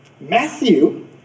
Matthew